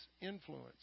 influence